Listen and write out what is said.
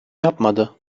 yapmadı